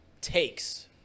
takes